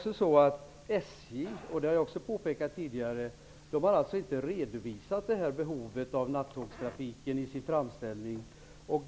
SJ har inte i sin framställning, vilket jag tidigare påpekat, redovisat nämda behov av nattågstrafik.